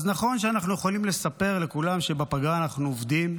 אז נכון שאנחנו יכולים לספר לכולם שבפגרה אנחנו עובדים,